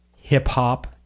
hip-hop